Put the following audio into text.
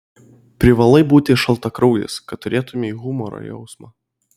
privalai būti šaltakraujis kad turėtumei humoro jausmą